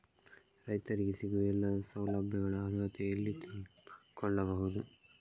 ರೈತರಿಗೆ ಸಿಗುವ ಎಲ್ಲಾ ಸೌಲಭ್ಯಗಳ ಅರ್ಹತೆ ಎಲ್ಲಿ ತಿಳಿದುಕೊಳ್ಳಬಹುದು?